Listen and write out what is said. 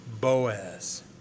Boaz